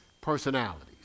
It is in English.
personalities